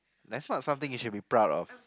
that's not something you should be proud of